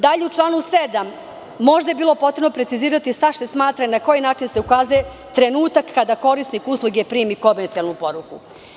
Dalje, u članu 7, možda je bilo potrebno precizirati šta se smatra i na koji način se ukazuje trenutak kada korisnik usluge primi komercijalnu poruku.